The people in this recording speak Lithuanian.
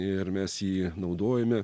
ir mes jį naudojame